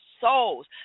souls